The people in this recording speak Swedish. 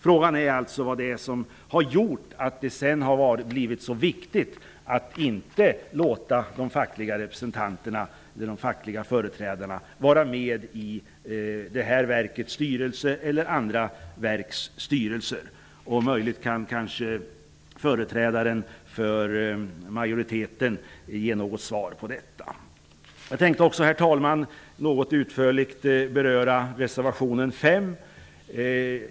Frågan är vad det är som gjort att det blivit så viktigt att inte låta de fackliga representanterna eller företrädarna vara med i detta verks styrelse eller i andra verks styrelser. Möjligtvis kan företrädaren för majoriten ge svar på detta. Jag yrkar bifall till reservation 3.